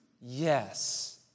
yes